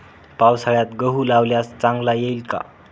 पावसाळ्यात गहू लावल्यास चांगला येईल का?